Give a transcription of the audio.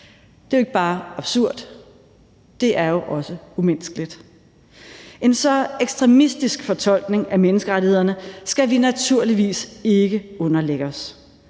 Det er ikke bare absurd, det er jo også umenneskeligt. En så ekstremistisk fortolkning af menneskerettighederne skal vi naturligvis ikke underlægge os.